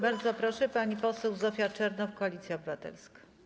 Bardzo proszę, pani poseł Zofia Czernow, Koalicja Obywatelska.